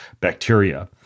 bacteria